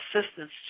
assistance